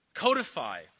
codify